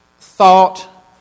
thought